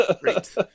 great